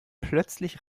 plötzlich